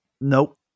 Nope